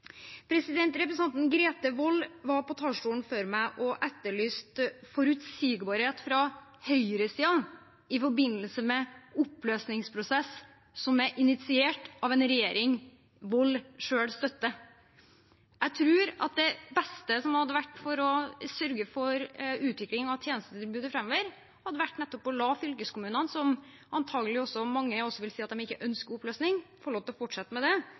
Representanten Grete Wold var på talerstolen før meg og etterlyste forutsigbarhet fra høyresiden i forbindelse med en oppløsningsprosess som er initiert av en regjering representanten Wold selv støtter. Jeg tror det beste for å sørge for en utvikling av tjenestetilbudet framover hadde vært å la fylkeskommunene, hvorav mange antagelig vil si at de ikke ønsker oppløsning, få lov til å fortsette med det.